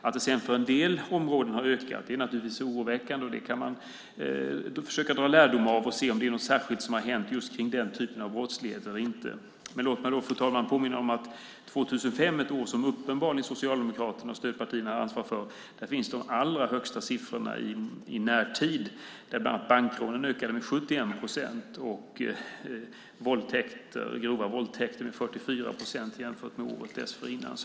Att det sedan på en del områden har ökat är naturligtvis oroväckande, och det kan man försöka dra lärdom av och se om det är något särskilt som har hänt just i den typen av brottslighet eller inte. Men låt mig då, fru talman, påminna om att om man tittar på 2005, ett år som Socialdemokraterna och stödpartierna uppenbarligen har ansvar för, ser man de allra högsta siffrorna i närtid, då bland annat bankrånen ökade med 71 procent och grova våldtäkter med 44 procent jämfört med året dessförinnan.